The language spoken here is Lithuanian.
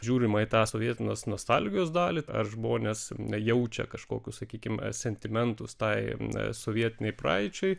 žiūrima į tą sovietinės nostalgijos dalį ar žmonės jaučia kažkokius sakykime sentimentus tai sovietinei praeičiai